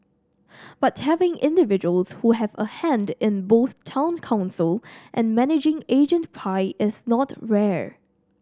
but having individuals who have a hand in both Town Council and managing agent pie is not rare